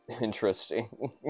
interesting